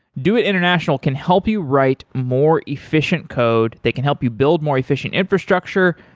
doit international can help you write more efficient code, they can help you build more efficient infrastructure.